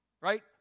right